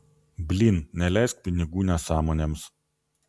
blyn neleisk pinigų nesąmonėms